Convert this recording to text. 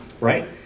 Right